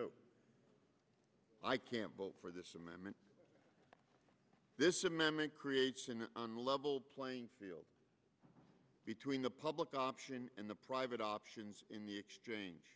do i can vote for this amendment this amendment creates an unlevel playing field between the public option in the private office in the exchange